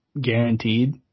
guaranteed